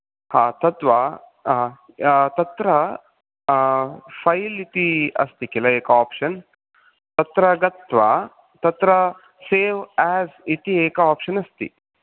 हा तत् वा हा तत्र फैल् इति अस्ति खिल् एकम् ओप्शन् तत्र गत्वा तत्र सेव् एज़् इति एकः ओप्शन् अस्ति